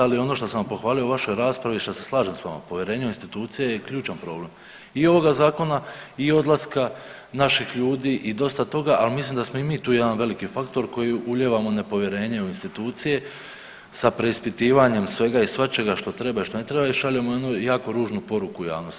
Ali ono što sam pohvalio u vašoj raspravi i što se slažem s vama, povjerenje u institucije je ključan problem i ovoga zakona i odlaska naših ljudi i dosta toga, ali mislim da smo i mi tu jedan veliki faktor koji ulijevamo nepovjerenje u institucije sa preispitivanjem svega i svačega što treba i što ne treba i šaljemo jednu jako ružnu poruku javnosti.